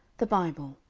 the bible,